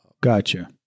Gotcha